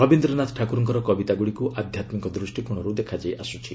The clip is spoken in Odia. ରବୀନ୍ଦ୍ରନାଥ ଠାକୁରଙ୍କ କବିତାଗୁଡ଼ିକୁ ଆଧ୍ୟାତ୍ଲିକ ଦୃଷ୍ଟିକୋଣରୁ ଦେଖାଯାଇ ଆସୁଛି